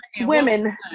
women